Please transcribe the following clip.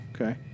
Okay